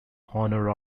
honour